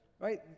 Right